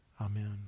Amen